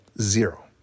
Zero